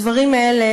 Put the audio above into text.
הדברים האלה,